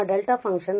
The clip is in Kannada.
ನಮ್ಮ ಡೆಲ್ಟಾ ಫಂಕ್ಷನ್